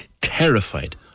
terrified